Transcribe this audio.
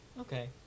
Okay